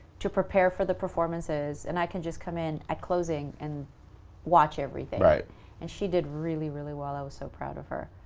to prepare for the performances, and i can just come in at closing, and watch everything. and she did really really well. i was so proud of her.